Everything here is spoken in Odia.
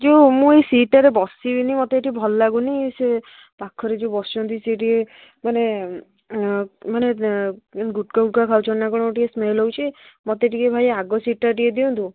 ଯେଉଁ ମୁଁ ଏଇ ସିଟ୍ଟାରେ ବସିବିନି ମୋତେ ଏଠି ଭଲ ଲାଗୁନି ସେ ପାଖରେ ଯେଉଁ ବସିଛନ୍ତି ସେ ଟିକେ ମାନେ ମାନେ ଗୁଟୁଖା ଗୁଟୁଖା ଖାଉଛନ୍ତି ନା କ'ଣ ଟିକେ ସ୍ମେଲ୍ ହେଉଛି ମୋତେ ଟିକେ ଭାଇ ଆଗ ସିଟ୍ଟା ଟିକେ ଦିଅନ୍ତୁ